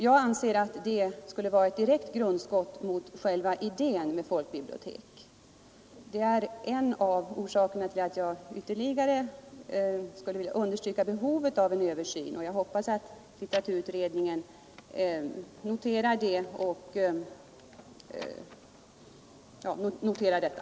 Jag anser att det skulle vara ett direkt grundskott mot själva idén med folkbibliotek. Det är en av orsakerna till att jag ytterligare skulle vilja understryka behovet av en översyn, och jag hoppas att litteraturutredningen noterar detta.